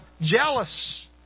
jealous